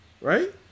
right